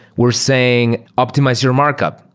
we're saying optimize your markup.